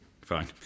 Fine